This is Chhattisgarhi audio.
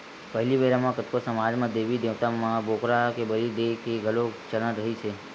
पहिली बेरा म कतको समाज म देबी देवता म बोकरा के बली देय के घलोक चलन रिहिस हे